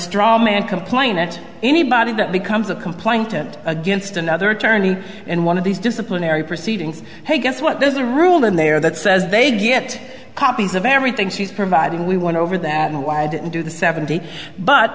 straw man complained that anybody that becomes a complaint against another attorney in one of these disciplinary proceedings hey guess what there's a rule in there that says they get copies of everything she's providing we went over that and why didn't do the seventy but